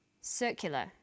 circular